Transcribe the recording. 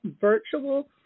Virtual